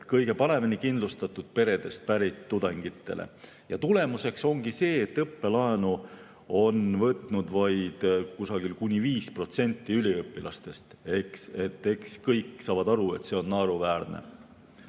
kõige paremini kindlustatud peredest pärit tudengitel. Ja tulemus ongi see, et õppelaenu on võtnud vaid kuni 5% üliõpilastest. Eks kõik saavad aru, et see on naeruväärne.